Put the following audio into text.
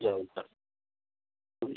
हुन्छ हुन्छ हुन्छ